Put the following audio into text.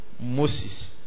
Moses